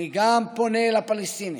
גם אני פונה לפלסטינים,